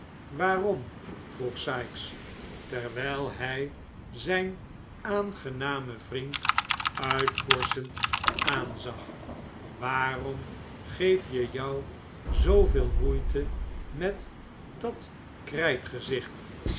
waarom vroeg sikes terwijl hij zijn aangenamen vriend uitvorschend aanzag waarom geef je jou zooveel moeite met dat krijtgezicht